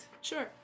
Sure